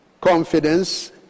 confidence